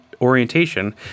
orientation